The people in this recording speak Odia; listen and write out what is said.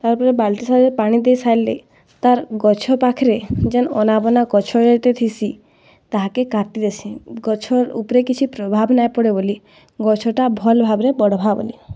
ତାପରେ ବାଲ୍ଟି ସାହାଯ୍ୟରେ ପାଣି ଦେଇସାର୍ଲି ତାର୍ ଗଛ ପାଖ୍ରେ ଜେନ୍ ଅନାବନା ଗଛ ହେଇତ ଥିସି ତାହାକେ କାଟି ଦେସିଁ ଗଛର୍ ଉପ୍ରେ କିଛି ପ୍ରଭାବ୍ ନାଇଁ ପଡ଼େ ବୋଲି ଗଛଟା ଭଲ୍ ଭାବ୍ରେ ବଢ଼୍ବା ବୋଲି